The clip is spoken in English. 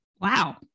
Wow